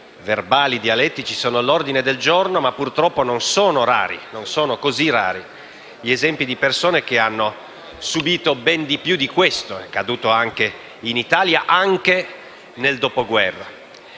verbali e dialettici sono all'ordine del giorno, ma purtroppo non sono così rari gli esempi di persone che hanno subito ben più di questo, come è accaduto anche in Italia ancora nel Dopoguerra.